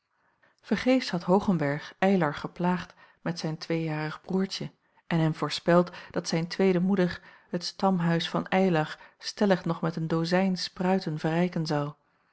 ergeefs had oogenberg ylar geplaagd met zijn tweejarig broêrtje en hem voorspeld dat zijn tweede moeder het stamhuis van eylar stellig nog met een dozijn spruiten verrijken zou